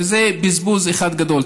וזה בזבוז אחד גדול.